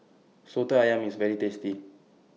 Soto Ayam IS very tasty